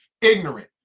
ignorant